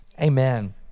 amen